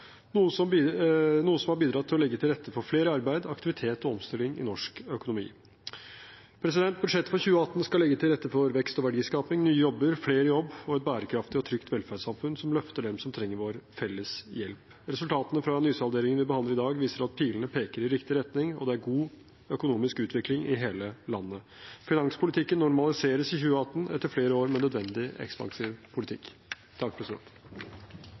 noe som har bidratt til å legge til rette for flere i arbeid, aktivitet og omstilling i norsk økonomi. Budsjettet for 2018 skal legge til rette for vekst og verdiskaping, nye jobber, flere i jobb og et bærekraftig og trygt velferdssamfunn som løfter dem som trenger vår felles hjelp. Resultatene fra nysalderingen vi behandler i dag, viser at pilene peker i riktig retning, og at det er god økonomisk utvikling i hele landet. Finanspolitikken normaliseres i 2018 – etter flere år med nødvendig ekspansiv politikk.